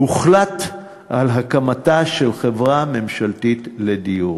הוחלט על הקמתה של חברה ממשלתית לדיור.